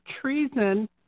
treason